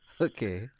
Okay